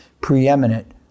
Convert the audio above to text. preeminent